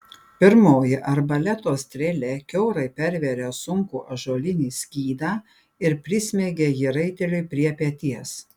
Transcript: pirmoji arbaleto strėlė kiaurai pervėrė sunkų ąžuolinį skydą ir prismeigė jį raiteliui prie peties